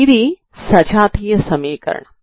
ఇది సజాతీయ సమీకరణం